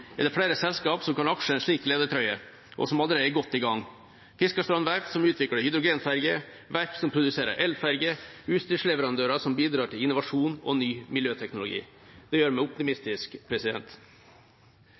er det flere selskap som kan aksle en slik ledertrøye, og som allerede er godt i gang – Fiskerstrand Verft, som utvikler hydrogenferjer, verft som produserer elferjer, utstyrsleverandører som bidrar til innovasjon og ny miljøteknologi. Det gjør meg